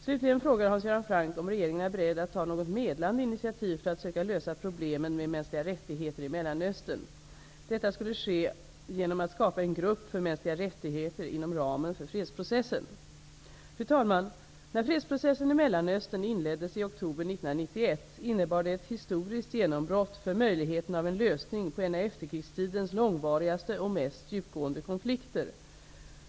Slutligen frågar Hans Göran Franck om regeringen är beredd att ta något medlande initiativ för att söka lösa problemen med mänskliga rättigheter i Mellanöstern. Detta skulle ske, menar Franck, genom att skapa en grupp för mänskliga rättigheter inom ramen för fredsprocessen. Fru talman! När fredsprocessen i Mellanöstern inleddes i oktober 1991 innebar det ett historiskt genombrott för möjligheten av en lösning på en av efterkrigstidens långvarigaste och mest djupgående konflikter.